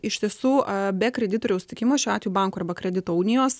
iš tiesų be kreditoriaus sutikimo šiuo atveju banko arba kredito unijos